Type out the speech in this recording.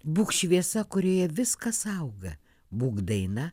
būk šviesa kurioje viskas auga būk daina